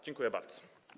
Dziękuję bardzo.